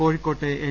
കോഴിക്കോട്ട് എൽ